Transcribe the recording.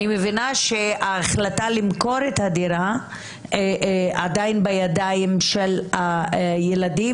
אני מבינה שההחלטה למכור את הדירה היא עדיין בידיים של הילדים,